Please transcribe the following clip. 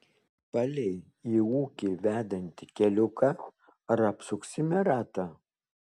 palei į ūkį vedantį keliuką ar apsuksime ratą